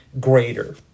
greater